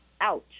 Ouch